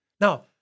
Now